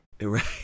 Right